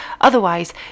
otherwise